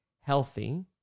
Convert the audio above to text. healthy